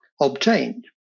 obtained